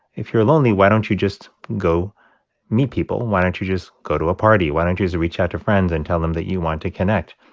if you're lonely, why don't you just go meet people? why don't you just go to a party? why don't you just reach out to friends and tell them that you want to connect?